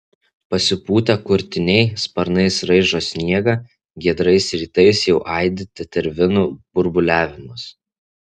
pasipūtę kurtiniai sparnais raižo sniegą giedrais rytais jau aidi tetervinų burbuliavimas